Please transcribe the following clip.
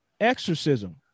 exorcism